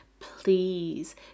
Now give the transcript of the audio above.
please